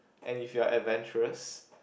and if you are adventurous